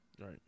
Right